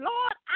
Lord